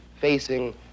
facing